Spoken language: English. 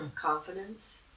confidence